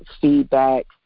feedback